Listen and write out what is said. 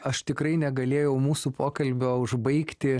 aš tikrai negalėjau mūsų pokalbio užbaigti